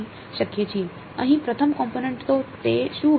તો તે શું હશે